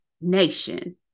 nation